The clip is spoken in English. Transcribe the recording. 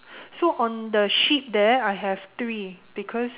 so on the sheep there I have three because